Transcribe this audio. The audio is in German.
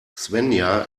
svenja